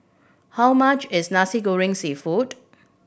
how much is Nasi Goreng Seafood